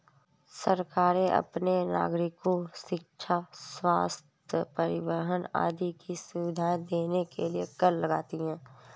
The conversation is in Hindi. सरकारें अपने नागरिको शिक्षा, स्वस्थ्य, परिवहन आदि की सुविधाएं देने के लिए कर लगाती हैं